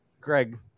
Greg